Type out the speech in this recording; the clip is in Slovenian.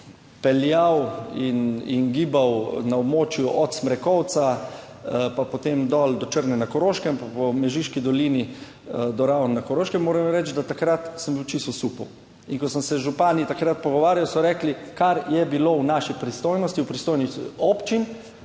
peljal in gibal na območju od Smrekovca pa potem dol do Črne na Koroškem pa po Mežiški dolini do Raven na Koroškem moram reči, da takrat sem bil čisto osupel. In ko sem se z župani takrat pogovarjal, so rekli, kar je bilo v naši pristojnosti, v pristojnosti občin